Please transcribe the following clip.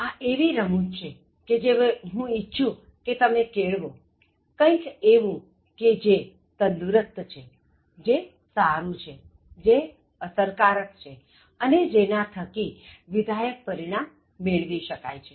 આ એવી રમૂજ છે જે હું ઇચ્છું છું કે તમે કેળવો કંઇક એવું કે જે તંદુરસ્ત છે જે સારું છે જે અસરકારક છે અને જેના થકી વિધાયક પરિણામ મેળવી શકાય છે